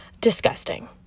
disgusting